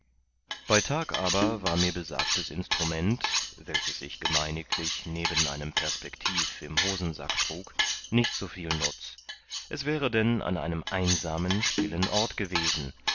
bei tag aber war mir besagtes instrument welches ich gemeiniglich neben einem perspektiv im hosensack trug nicht so viel nutz es wäre dann an einem einsamen stillen ort gewesen